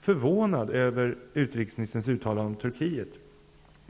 förvånad över utrikesministerns uttalande om Turkiet.